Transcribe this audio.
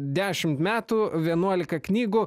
dešimt metų vienuolika knygų